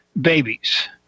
babies